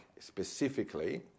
specifically